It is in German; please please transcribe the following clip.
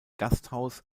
gasthaus